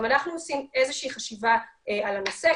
גם אנחנו עושים איזושהי חשיבה על הנושא.